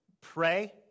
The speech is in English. pray